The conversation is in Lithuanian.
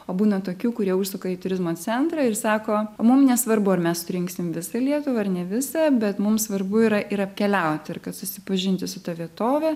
o būna tokių kurie užsuka į turizmo centrą ir sako mum nesvarbu ar mes surinksim visą lietuvą ar ne visą bet mums svarbu yra ir apkeliauti ir susipažinti su ta vietove